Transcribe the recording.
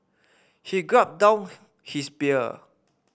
he gulped down his beer